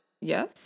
Yes